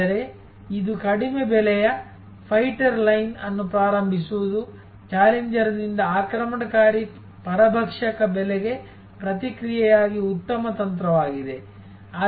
ಆದರೆ ಇದು ಕಡಿಮೆ ದರದ ಮಾರ್ಗವನ್ನು ಪ್ರಾರಂಭಿಸುವುದು ಎದುರಾಳಿಯ ಕಡಿಮೆ ದರದ ಯೋಜನೆಯ ಕಡಿಮೆ ಬೆಲೆಗೆ ಪ್ರತಿಕ್ರಿಯೆಯಾಗಿ ಉತ್ತಮ ತಂತ್ರವಾಗಿದೆ